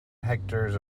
hectares